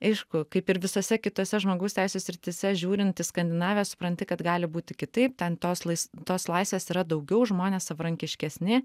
aišku kaip ir visose kitose žmogaus teisės srityse žiūrint į skandinaviją supranti kad gali būti kitaip ten tos lais tos laisvės yra daugiau žmonės savarankiškesni